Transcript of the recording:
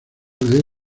del